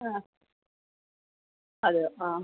ആ അതെയോ ആ